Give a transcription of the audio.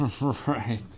Right